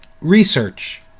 research